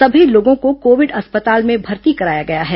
सभी लोगों को कोविड अस्पताल में भर्ती कराया गया है